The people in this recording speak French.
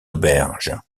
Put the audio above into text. auberge